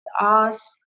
ask